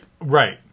Right